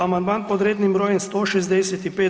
Amandman pod rednim brojem 165.